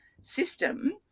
system